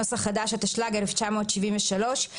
נוסח חדש התשל"ג 1973,